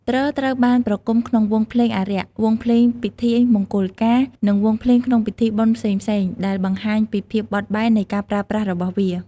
ទ្រត្រូវបានប្រគំក្នុងវង់ភ្លេងអារ័ក្ស វង់ភ្លេងពិធីមង្គលការ និងវង់ភ្លេងក្នុងពិធីបុណ្យផ្សេងៗដែលបង្ហាញពីភាពបត់បែននៃការប្រើប្រាស់របស់វា។